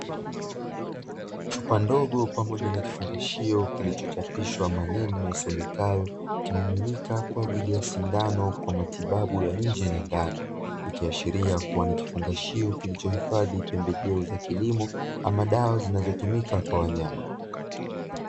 Chupa ndogo pamoja na kifungashio kilichochapishwa maneno yasomekayo "Kimiminika kwa ajili ya sindano kwa matibabu ya nje na ndani", ikiashiria kuwa ni kifungashio kilichohifadhi pembejeo za kilimo ama dawa zinazotumika kwa wanyama.